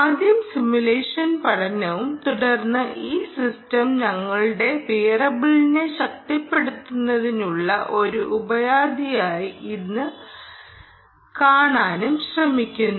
ആദ്യം സിമുലേഷൻ പഠനവും തുടർന്ന് ഈ സിസ്റ്റം ഞങ്ങളുടെ വിയറബിളിനെ ശക്തിപ്പെടുത്തുന്നതിനുള്ള ഒരു ഉപാധിയാണോ എന്ന് കാണാനും ശ്രമിക്കുന്നു